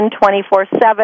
24-7